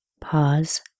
Pause